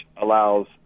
allows